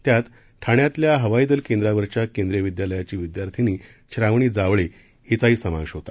त्यात ठाण्यातल्या हवाई दल केंद्रावरच्या केंद्रीय विद्यालयाची विद्यार्थिनी श्रावणी जावळे हिचाही समावेश होता